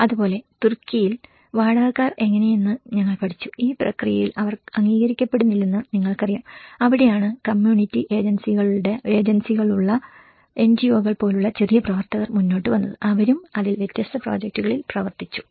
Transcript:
അതുപോലെ തുർക്കിയിൽ വാടകക്കാർ എങ്ങനെയെന്ന് ഞങ്ങൾ പഠിച്ചു ഈ പ്രക്രിയയിൽ അവർ അംഗീകരിക്കപ്പെടുന്നില്ലെന്ന് നിങ്ങൾക്കറിയാം അവിടെയാണ് കമ്മ്യൂണിറ്റി ഏജൻസികളുള്ള എൻജിഒകൾ പോലുള്ള ചെറിയ പ്രവർത്തകർ മുന്നോട്ട് വന്നത് അവരും അതിൽ വ്യത്യസ്ത പ്രോജക്റ്റുകളിൽ പ്രവർത്തിച്ചു